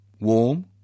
Warm